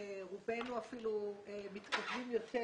רובנו אפילו מתקדמים יותר